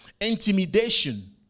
Intimidation